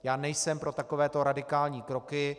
Já nejsem pro takovéto radikální kroky.